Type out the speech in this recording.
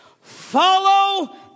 follow